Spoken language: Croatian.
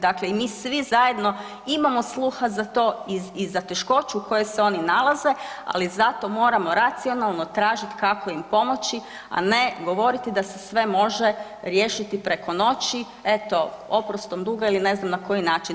Dakle i mi svi zajedno imamo sluha za to i za teškoću u kojoj se oni nalaze, ali zato moramo racionalno tražiti kako im pomoći, a ne govoriti da se sve može riješiti preko noći, eto oprostom duga ili ne znam na koji način.